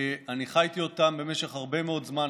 אני חייתי אותם במשך הרבה מאוד זמן,